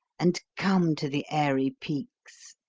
and come to the airy peaks.